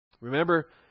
Remember